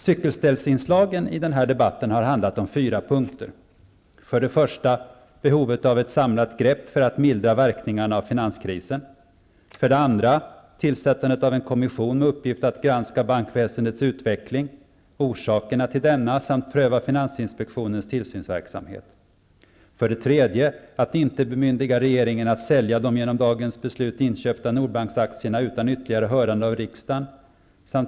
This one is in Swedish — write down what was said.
Cykelställinslagen i debatten har handlat om fyra punkter: För det första: behovet av ett samlat grepp för att mildra verkningarna av finanskrisen. För det andra: tillsättandet av en kommission med uppgift att granska bankväsendets utveckling och orsakerna till denna samt pröva finansinspektionens tillsynsverksamhet. För det tredje: att inte bemyndiga regeringen att sälja de genom dagens beslut inköpta Norbanksaktierna utan ytterligare hörande av riksdagen.